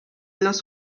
los